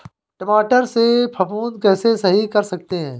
टमाटर से फफूंदी कैसे सही कर सकते हैं?